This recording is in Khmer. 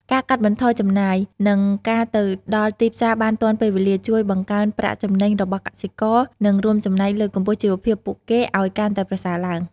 ការកាត់បន្ថយចំណាយ និងការទៅដល់ទីផ្សារបានទាន់ពេលនេះ ជួយបង្កើនប្រាក់ចំណេញរបស់កសិករ និងរួមចំណែកលើកកម្ពស់ជីវភាពពួកគេឲ្យកាន់តែប្រសើរឡើង។